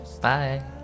Bye